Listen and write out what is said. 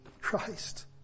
Christ